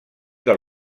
del